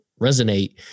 resonate